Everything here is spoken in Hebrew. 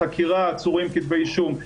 חקירה, עצורים, כתבי אישום.